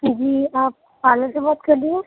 جی آپ پارلر سے بات کر رہی ہیں